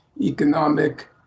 economic